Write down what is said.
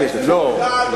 לא,